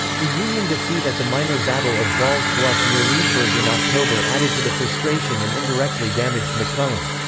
the union defeat at the minor battle of ball's bluff near leesburg in october added to the frustration and indirectly damaged mcclellan.